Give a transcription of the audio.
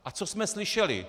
A co jsme slyšeli?